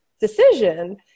decision